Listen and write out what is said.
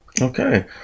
okay